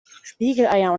spiegeleier